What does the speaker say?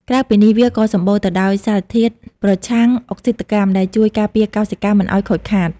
ក្រៅពីនេះ វាក៏សម្បូរដោយសារធាតុប្រឆាំងអុកស៊ីតកម្ម ដែលជួយការពារកោសិកាមិនឱ្យខូចខាត។